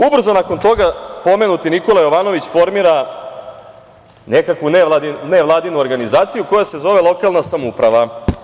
Ubrzo nakon toga, pomenuti Nikola Jovanović formira nekakvu nevladinu organizaciju koja se zove „Lokalna samouprava“